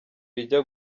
rijya